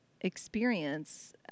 experience